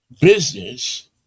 business